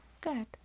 Good